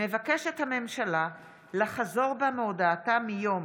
מבקשת הממשלה לחזור בה מהודעתה מיום